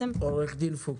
עורכת דין פוקס,